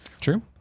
True